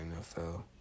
NFL